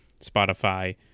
spotify